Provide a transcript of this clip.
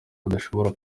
badashobora